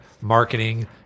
marketing